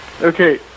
Okay